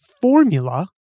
formula